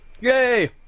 Yay